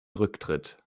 rücktritt